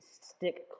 stick